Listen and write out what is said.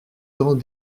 temps